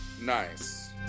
Nice